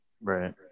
Right